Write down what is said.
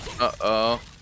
Uh-oh